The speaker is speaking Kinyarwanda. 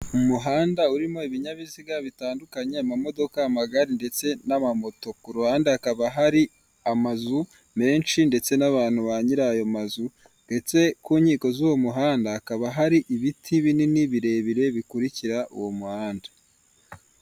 Umuhanda urimo ibinyabiziga bitandukanye amamodoka, amagare ndetse n'amamoto, ku ruhande hakaba hari amazu menshi ndetse n'abantu ba nyiri ayo mazu ndetse ku nkiko z'uwo muhanda hakaba hari ibiti binini birebire bikurikira uwo muhanda.